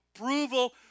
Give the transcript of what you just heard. approval